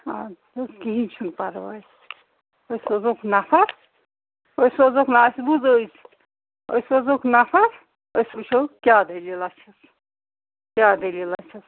اَدٕ سہ کِہیٖنۍ چھِنہٕ پرواے أسۍ سوزٕوکھ نفر أسۍ سوزٕوکھ نہ اَسہِ بوٗز أزۍ أسی سوزٕوَکھ نفر أسۍ وُچھٕو کیٛاہ دٔلیٖلا چھِ کیٛاہ دٔلیٖلا چھِ